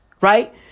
Right